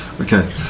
Okay